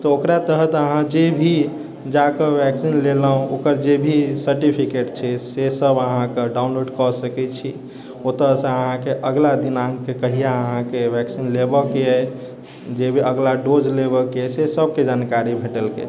तऽ ओकरा तहत अहाँ जे भी जाकऽ वेक्सिन लेलहुँ ओकर जेभी सर्टिफिकेट छै से सभ अहाँकेँ डाउनलोड कऽ सकैत छी ओतऽ से अहाँकेँ अगला दिनाङ्कके कहिआ अहाँकेँ वेक्सिन लेबऽके अछि जे अगला डोज लेबऽके से सभकेँ जानकारी भेटलकै